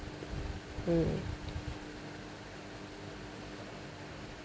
mm